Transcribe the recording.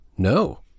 No